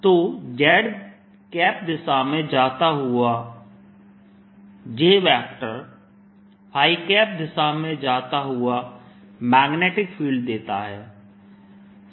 तो z दिशा में जाता हुआ J दिशा में जाता हुआ मैग्नेटिक फील्ड देता है